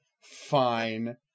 Fine